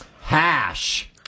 Hash